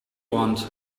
want